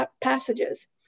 passages